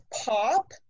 pop